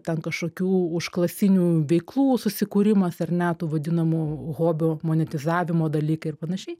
ten kažkokių užklasinių veiklų susikūrimas ar ne tų vadinamų hobių monetizavimo dalykai ir panašiai